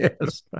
yes